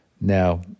Now